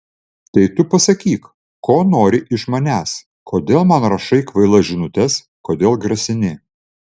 tai tu pasakyk ko nori iš manęs kodėl man rašai kvailas žinutes kodėl grasini